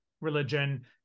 religion